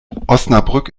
osnabrück